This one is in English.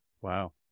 Wow